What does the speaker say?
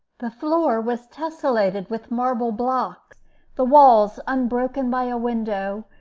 the floor was tessellated with marble blocks the walls, unbroken by a window,